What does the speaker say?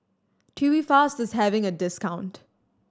Tubifast is having a discount